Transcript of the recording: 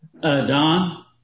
Don